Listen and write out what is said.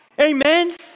Amen